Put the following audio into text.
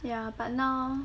ya but now